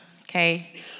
okay